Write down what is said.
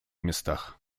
местах